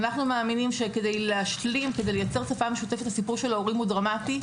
אנחנו מאמינים שכדי ליצור שפה משותפת הסיפור של ההורים הוא דרמטי.